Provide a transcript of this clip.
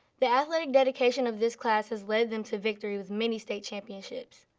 the athletic dedication of this class has led them to victory with many state championships.